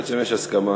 בעצם יש הסכמה